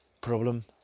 problem